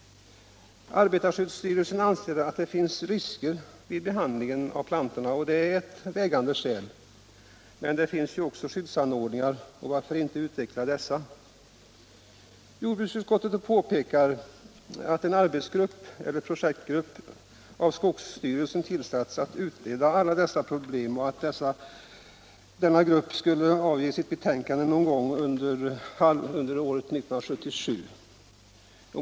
Arbetarskyddestyrelsen anser att det finns risker vid behandlingen av plantorna, och det är ett vägande skäl. Men det finns ju skyddsanordningar. Varför inte utveckla dessa? Jordbruksutskottet påpekar att en arbetsgrupp eller projektgrupp av skogsstyrelsen tillsatts att utreda alla dessa problem och att denna grupp skall avge ett betänkande någon gång under år 1977.